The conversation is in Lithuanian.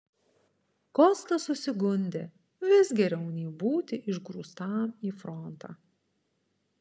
kostas susigundė vis geriau nei būti išgrūstam į frontą